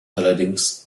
allerdings